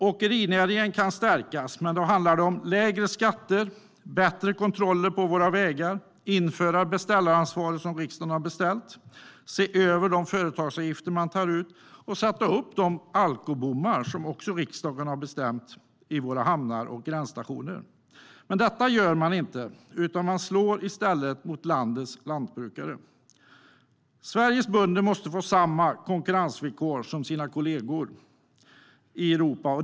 Åkerinäringen kan stärkas, men då handlar det om lägre skatter, bättre kontroller på våra vägar, att införa beställaransvar enligt riksdagens beslut, att se över företagsavgifter och att sätta upp alkobommar i hamnar och gränsstationer enligt riksdagens beslut. Men detta görs inte, utan i stället slår man mot landets lantbrukare. Sveriges bönder måste få samma konkurrensvillkor som sina kollegor i Europa.